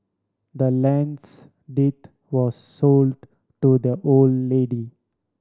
the land's deed was sold to the old lady